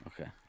Okay